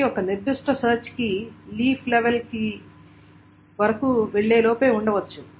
కాబట్టి ఒక నిర్దిష్ట సెర్చ్ కీ లీఫ్ లెవెల్ కి వరకు వెళ్లే లోపే ఉండవచ్చు